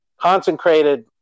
consecrated